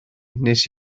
nes